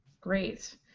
great